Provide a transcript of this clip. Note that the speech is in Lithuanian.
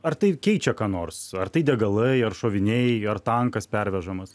ar tai keičia ką nors ar tai degalai ar šoviniai ar tankas pervežamas